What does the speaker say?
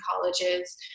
colleges